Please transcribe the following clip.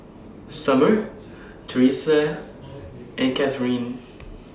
Summer Terese and Catharine